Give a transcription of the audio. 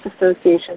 association